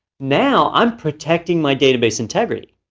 now, i'm protecting my database integrity.